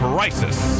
Crisis